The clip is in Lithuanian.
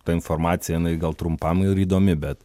ta informacija jinai gal trumpam ir įdomi bet